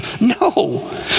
no